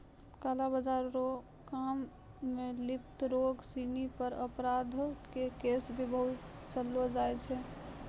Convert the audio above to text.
काला बाजार रो काम मे लिप्त लोग सिनी पर अपराध के केस भी चलैलो जाय छै